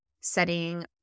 setting